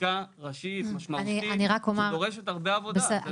חקיקה ראשית משמעותית שדורשת הרבה עבודה.